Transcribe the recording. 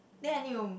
then I need to